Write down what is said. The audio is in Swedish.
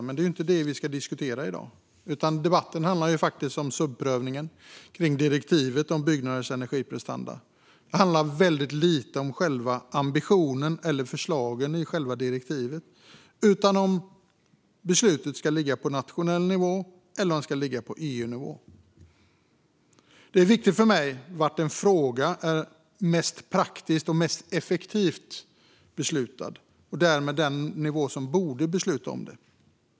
Men det är inte detta vi ska diskutera i dag, utan debatten handlar om subsidiaritetsprövningen av direktivet om byggnaders energiprestanda. Det handlar väldigt lite om själva ambitionen eller förslagen i själva direktivet, utan det handlar om huruvida beslutet ska ligga på nationell nivå eller på EU-nivå. Det är viktigt för mig var det är mest praktiskt och effektivt att besluta om en fråga. Det är den nivån som borde besluta om den.